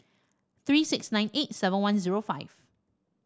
three six nine eight seven one zero five